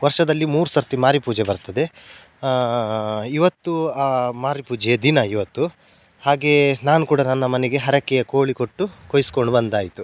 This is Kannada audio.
ವರ್ಷದಲ್ಲಿ ಮೂರು ಸರ್ತಿ ಮಾರಿ ಪೂಜೆ ಬರ್ತದೆ ಇವತ್ತು ಆ ಮಾರಿ ಪೂಜೆಯ ದಿನ ಇವತ್ತು ಹಾಗೇ ನಾನು ಕೂಡ ನನ್ನ ಮನೆಗೆ ಹರಕೆಯ ಕೋಳಿ ಕೊಟ್ಟು ಕೊಯ್ಸಿಕೊಂಡು ಬಂದಾಯಿತು